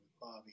Bobby